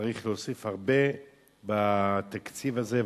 צריך להוסיף הרבה בתקציב הזה,